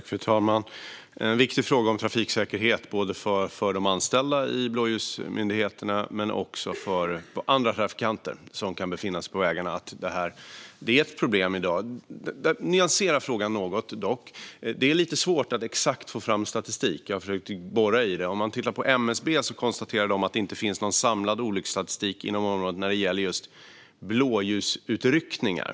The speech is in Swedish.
Fru talman! Detta är en viktig fråga om trafiksäkerhet, både för de anställda i blåljusmyndigheterna och för andra trafikanter som kan befinna sig på vägarna. Det är ett problem i dag. Jag vill dock nyansera frågan något. Det är lite svårt att få fram exakt statistik. Jag har försökt borra i detta. MSB konstaterar att det inte finns någon samlad olycksstatistik inom området när det gäller just blåljusutryckningar.